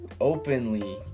openly